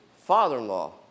father-in-law